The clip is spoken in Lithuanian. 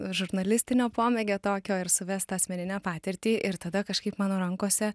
žurnalistinio pomėgio tokio ir suvest tą asmeninę patirtį ir tada kažkaip mano rankose